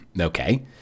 okay